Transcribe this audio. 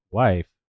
wife